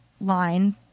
line